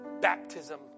baptism